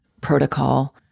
protocol